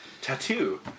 tattoo